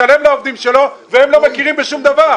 משלם לעובדים שלו והם לא מכירים בשום דבר.